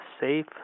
safe